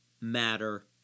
matter